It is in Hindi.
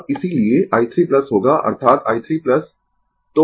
अब इसीलिए i 3 होगा अर्थात i 3